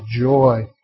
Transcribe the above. joy